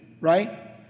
right